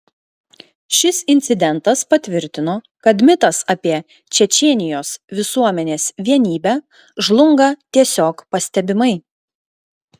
šis incidentas patvirtino kad mitas apie čečėnijos visuomenės vienybę žlunga tiesiog pastebimai